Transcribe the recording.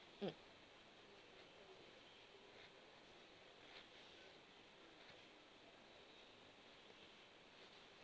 mm